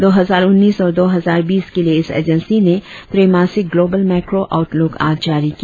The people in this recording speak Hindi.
दो हजार उन्नीस और दो हजार बीस के लिए इस एजेंसी ने त्रेमासिक ग्लोबल मैक्रो आउटलुक आज जारी किया